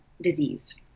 disease